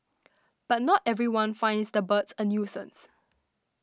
but not everyone finds the birds a nuisance